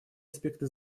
аспекты